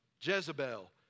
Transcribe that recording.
Jezebel